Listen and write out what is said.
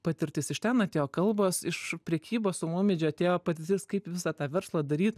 patirtis iš ten atėjo kalbos iš prekybos su maumedžiu atėjo patirtis kaip visą tą verslą daryt